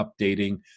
updating